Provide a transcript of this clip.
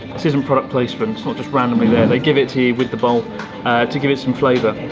this isn't product placement. it's not just randomly there, they give it to you with the bowl to give it some flavor.